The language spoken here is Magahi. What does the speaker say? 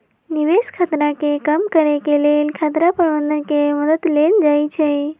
निवेश खतरा के कम करेके लेल खतरा प्रबंधन के मद्दत लेल जाइ छइ